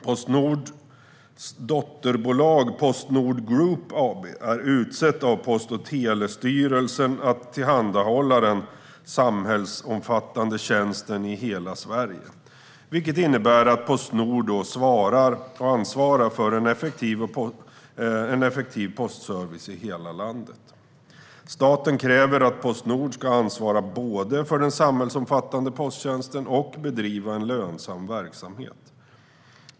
Postnord AB:s dotterbolag Postnord Group AB är utsett av Post och telestyrelsen att tillhandahålla den samhällsomfattande posttjänsten i hela Sverige. Det innebär att Postnord ansvarar för en effektiv postservice i hela landet. Staten kräver att Postnord både ska ansvara för den samhällsomfattande posttjänsten och bedriva lönsam verksamhet.